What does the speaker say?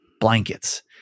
blankets